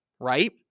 Right